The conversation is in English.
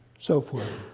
so forth.